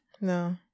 No